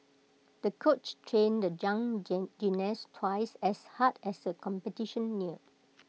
the coach trained the young gymnast twice as hard as the competition neared